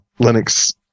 Linux